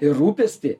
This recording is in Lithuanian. ir rūpestį